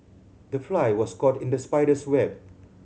the fly was caught in the spider's web